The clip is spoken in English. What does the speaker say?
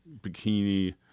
bikini